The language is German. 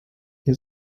ihr